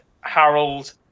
harold